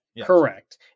Correct